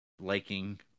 liking